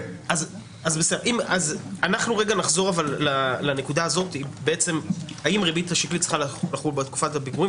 אנחנו נחזור לנקודה הזאת האם ריבית השקלית צריכה לחול בתקופת הפיגורים